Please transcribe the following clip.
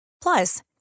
Plus